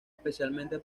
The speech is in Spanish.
especialmente